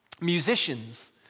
Musicians